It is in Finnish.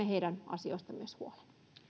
heidän asioistaan myös huolta